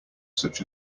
such